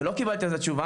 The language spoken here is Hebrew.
ולא קיבלתי על זה תשובה,